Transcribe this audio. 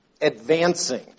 advancing